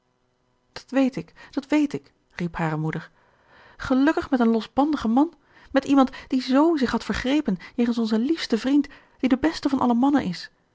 weet ik dat weet ik riep hare moeder gelukkig met een losbandigen man met iemand die z zich had vergrepen jegens onzen liefsten vriend die de beste van alle mannen is